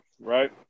right